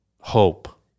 hope